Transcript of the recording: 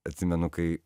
atsimenu kai